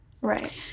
Right